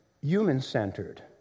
human-centered